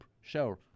show